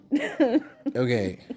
Okay